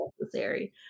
necessary